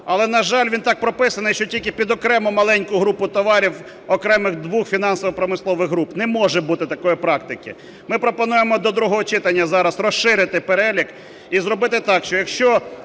Але, на жаль, він так прописаний, що тільки під окрему маленьку групу товарів окремих двох фінансово-промислових груп. Не може бути такої практики. Ми пропонуємо до другого читання зараз розширити перелік і зробити так, що, якщо